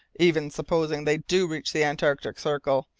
even supposing they do reach the antarctic circle.